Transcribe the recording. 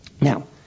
Now